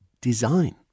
design